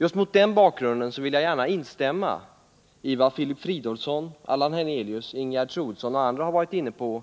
Mot just den bakgrunden vill jag gärna instämma i vad Filip Fridolfsson, Allan Hernelius och Ingegerd Troedsson och andra varit inne på